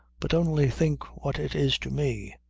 but only think what it is to me?